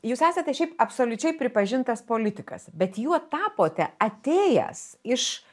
jūs esate šiaip absoliučiai pripažintas politikas bet juo tapote atėjęs iš